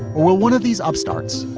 will one of these upstarts,